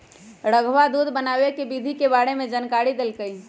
रधवा दूध बनावे के विधि के बारे में जानकारी देलकई